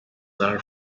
are